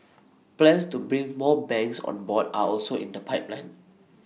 plans to bring more banks on board are also in the pipeline